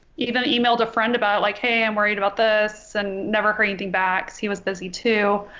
even emailed a friend about like hey i'm worried about this and never heard anything back he was busy too